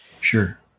sure